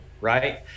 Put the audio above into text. right